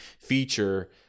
feature